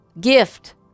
gift